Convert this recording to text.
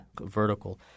vertical